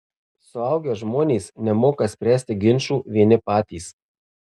suaugę žmonės nemoka spręsti ginčų vieni patys